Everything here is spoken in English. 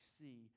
see